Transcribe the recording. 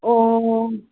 ꯑꯣ